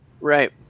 Right